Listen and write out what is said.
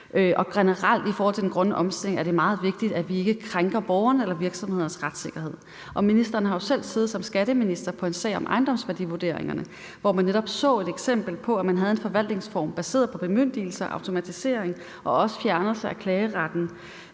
Generelt i forhold til den grønne omstilling er det meget vigtigt, at vi ikke krænker borgernes eller virksomhedernes retssikkerhed, og ministeren har jo selv siddet som skatteminister på en sag om ejendomsværdivurderingerne, hvor man netop så et eksempel på, at man havde en forvaltningsform baseret på bemyndigelser, automatisering og også fjernelser af klageretten